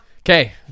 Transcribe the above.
Okay